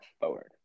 forward